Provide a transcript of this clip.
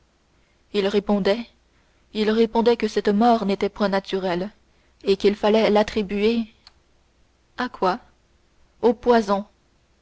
il répondait il répondait que cette mort n'était point naturelle et qu'il fallait l'attribuer à quoi au poison